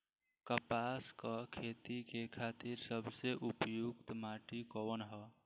कपास क खेती के खातिर सबसे उपयुक्त माटी कवन ह?